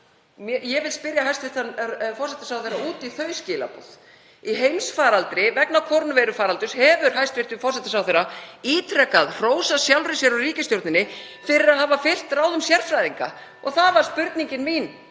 Ég vil spyrja hæstv. forsætisráðherra út í þau skilaboð. Í heimsfaraldri vegna kórónuveirufaraldursins hefur hæstv. forsætisráðherra ítrekað hrósað sjálfri sér og ríkisstjórninni fyrir að hafa fylgt ráðum sérfræðinga og það var fyrri spurning mín: